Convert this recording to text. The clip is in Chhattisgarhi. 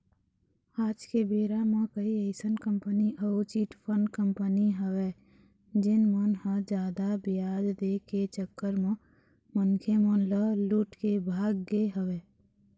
आज के बेरा म कई अइसन कंपनी अउ चिटफंड कंपनी हवय जेन मन ह जादा बियाज दे के चक्कर म मनखे मन ल लूट के भाग गे हवय